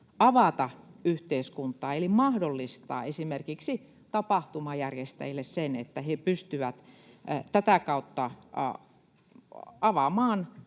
avata yhteiskuntaa eli mahdollistaa esimerkiksi tapahtumajärjestäjille sen, että he pystyvät tätä kautta avaamaan